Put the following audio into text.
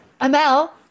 Amel